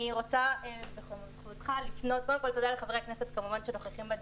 תודה כמובן לחברי הכנסת שנוכחים בדיון,